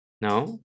no